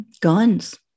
guns